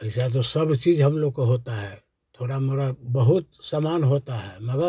ऐसा तो सब चीज़ हम लोग को होता है थोड़ा मोड़ा बहुत सामान होता है मगर